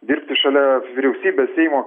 dirbti šalia vyriausybės seimo